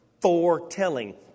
foretelling